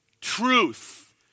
Truth